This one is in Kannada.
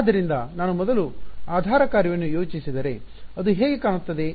ಆದ್ದರಿಂದ ನಾನು ಮೊದಲ ಆಧಾರ ಕಾರ್ಯವನ್ನು ಯೋಜಿಸಿದರೆ ಅದು ಹೇಗೆ ಕಾಣುತ್ತದೆ